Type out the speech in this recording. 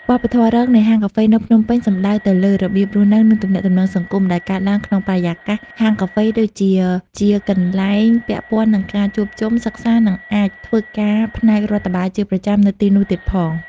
វប្បធម៌រងនៃហាងកាហ្វេនៅភ្នំពេញសំដៅទៅលើ របៀបរស់នៅ និងទំនាក់ទំនងសង្គម ដែលកើតឡើងក្នុងបរិយាកាសហាងកាហ្វេ ដូចជា ជាកន្លែងពាក់ព័ន្ធនឹងការជួបជុំ សិក្សា និងអាចធ្វើការផ្នែករដ្ឋបាលជាប្រចាំនៅទីនោះទៀតផង។